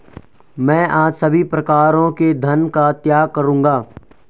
मैं आज सभी प्रकारों के धन का त्याग करूंगा